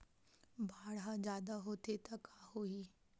बाढ़ ह जादा होथे त का होही?